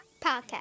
Podcast